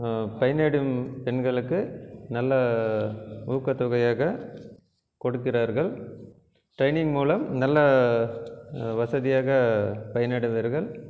பயனடையும் பெண்களுக்கு நல்ல ஊக்கத்தொகையாக கொடுக்கிறார்கள் டிரெய்னிங் மூலம் நல்ல வசதியாக பயனடைவார்கள்